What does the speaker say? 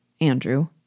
Andrew